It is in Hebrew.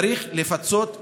צריך לפצות מיידית.